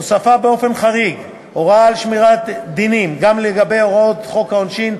הוספה באופן חריג הוראה של שמירת דינים גם לגבי הוראות חוק העונשין,